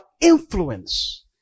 influence